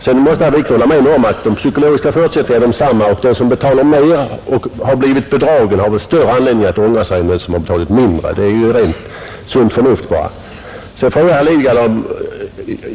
Herr Wiklund måste hålla med mig om att de psykologiska förutsättningarna är desamma och att den som betalat mer och blivit bedragen väl har större anledning att ångra sig än den som betalat mindre, Det säger sunda förnuftet.